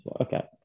okay